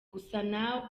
gusa